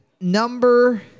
number